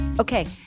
okay